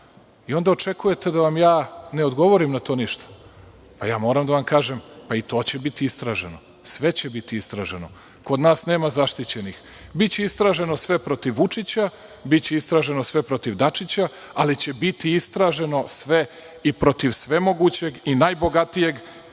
a onda očekujete da vam ja ne odgovorim na to. Moram da vam kažem da će i to biti istraženo. Sve će biti istraženo. Kod nas nema zaštićenih. Biće istraženo sve protiv Vučića, biće istraženo sve protiv Dačića, ali će biti istraženo sv i protiv svemogućeg i najbogatijeg,